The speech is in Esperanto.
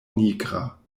nigra